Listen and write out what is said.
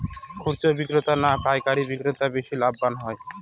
খুচরো বিক্রেতা না পাইকারী বিক্রেতারা বেশি লাভবান হয়?